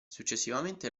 successivamente